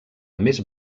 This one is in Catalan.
més